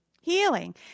Healing